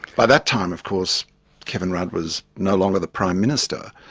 by that time of course kevin rudd was no longer the prime minister.